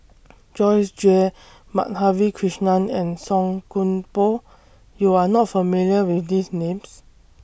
Joyce Jue Madhavi Krishnan and Song Koon Poh YOU Are not familiar with These Names